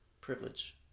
privilege